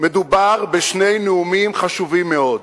מדובר בשני נאומים חשובים מאוד.